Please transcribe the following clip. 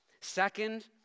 Second